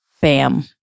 Bam